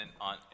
on